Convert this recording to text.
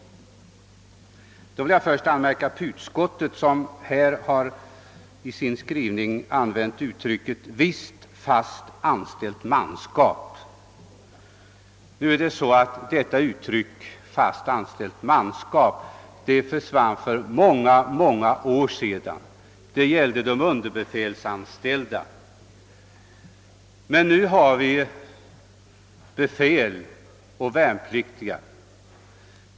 Först vill jag anmärka på att utskottet i sin skrivning använt uttrycket »visst fast anställt manskap». Detta uttryck, »fast anställt manskap», försvann för många år sedan. Det gällde de underbefälsanställda. Nu har vi befäl och värnpliktiga.